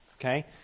okay